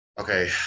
Okay